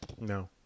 No